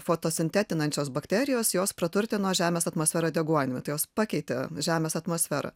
fotosintetinančios bakterijos jos praturtino žemės atmosferą deguonimi tai jos pakeitė žemės atmosferą